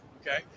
okay